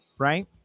Right